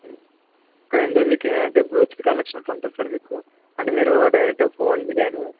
కానీ ఇందులోనే మీకు ఏంటంటే బ్లూటూత్ కనెక్షన్ ఉంటుంది సార్ మీకు అంటే మీరు డైరెక్ట్ ఫోన్కి కాని